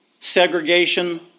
segregation